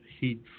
heat